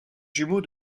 jumeau